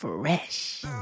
Fresh